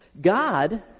God